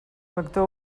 factor